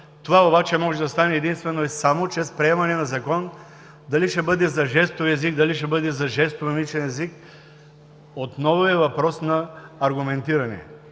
Това може да стане единствено и само чрез приемане на закон – дали ще бъде за жестовия език, дали ще бъде за жестомимичен език, отново е въпрос на аргументиране.